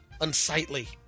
unsightly